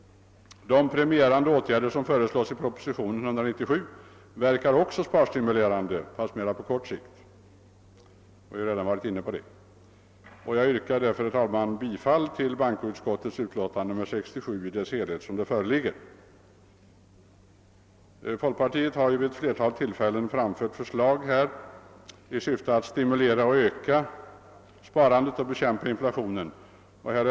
De premierande åtgärder som föreslås i proposition nr 197 verkar också sparstimulerande fast mera på kort sikt — vi har ju redan varit inne på det. Jag yrkar därför, herr talman, bifall till bankoutskottets förslag i dess helhet enligt utlåtandet nr 67. Folkpartiet har vid ett flertal tillfällen framfört förslag i syfte att stimulera och öka sparandet och bekämpa inflationen.